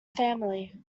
family